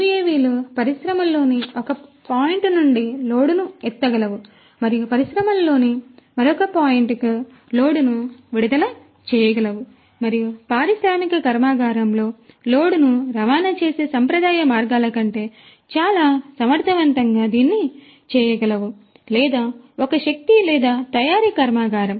UAV లు పరిశ్రమలోని ఒక పాయింట్ నుండి లోడ్ను ఎత్తగలవు మరియు పరిశ్రమలోని మరొక పాయింట్కు లోడ్ను విడుదల చేయగలవు మరియు పారిశ్రామిక కర్మాగారంలో లోడ్ను రవాణా చేసే సంప్రదాయ మార్గాల కంటే చాలా సమర్థవంతంగా దీన్ని చేయగలవు లేదా ఒక శక్తి లేదా తయారీ కర్మాగారం